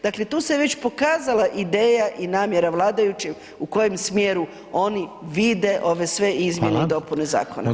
Dakle, tu se već pokazala ideja i namjera vladajućih u kojem smjeru oni vide ove sve izmjene i dopune zakona.